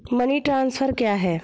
Money transfer क्या है?